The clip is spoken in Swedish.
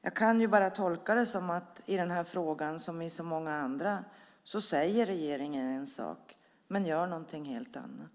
Jag tolkar det som att i den här frågan, som i så många andra, säger regeringen en sak men gör något helt annat.